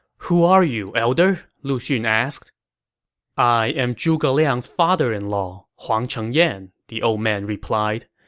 who are you, elder? lu xun asked i am zhuge liang's father-in-law, huang chengyan, the old man replied.